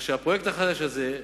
בפרויקט החדש הזה,